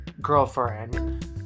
girlfriend